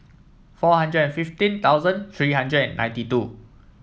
four hundred and fifteen thousand three hundred and ninety two